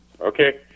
Okay